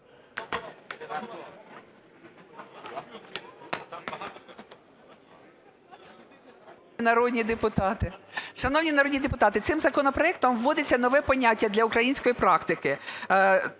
народні депутати, цим законопроектом вводиться нове поняття для української практики